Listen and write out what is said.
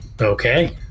okay